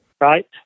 Right